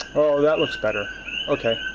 that looks better okay.